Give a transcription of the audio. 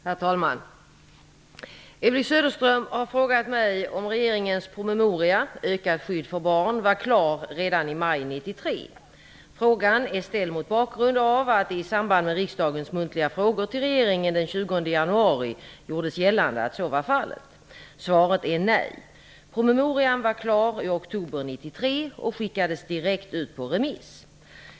Herr talman! Elvy Söderström har fråga mig om regeringens promemoria ''Ökat skydd för barn'' var klar redan i maj 1993. Frågan är ställd mot bakgrund av att det i samband med riksdagens muntliga frågor till regeringen den 20 januari gjordes gällande att så var fallet. Svaret är nej. Promemorian var klar i oktober 1993 och skickades direkt ut på remiss.